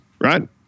right